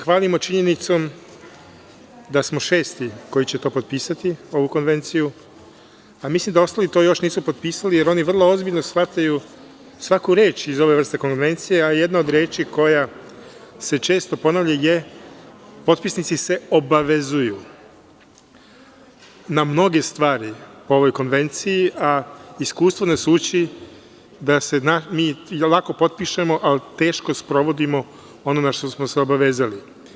Hvalimo se činjenicom da smo šesti koji će to potpisati, ovu konvenciju, a mislim da ostali to još nisu potpisali jer oni vrlo ozbiljno shvataju svaku reč iz ove vrste konvencije, a jedna od reči koja se često ponavlja je – potpisnici se obavezuju na mnoge stvari po ovoj konvenciji, a iskustvo nas uči da mi lako potpišemo, a teško sprovodimo ono na šta smo se obavezali.